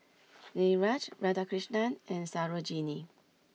Niraj Radhakrishnan and Sarojini